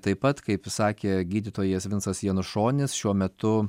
taip pat kaip sakė gydytojas vincas janušonis šiuo metu